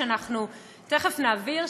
שאנחנו תכף נעביר,